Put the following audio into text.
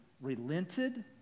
relented